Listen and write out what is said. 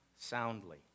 soundly